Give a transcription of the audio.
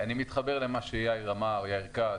אני מתחבר למה שאמר יאיר כץ.